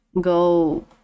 go